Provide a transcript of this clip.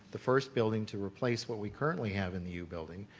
the first building to replace what we currently have in the u building.